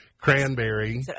cranberry